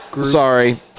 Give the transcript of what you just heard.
Sorry